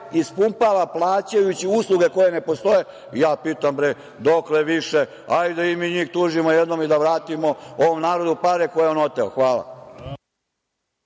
ispumpava plaćajući usluge koje ne postoje. Pitam – dokle, bre, više? Hajde da mi njih tužimo jednom i da vratimo ovom narodu pare koje je on oteo. Hvala.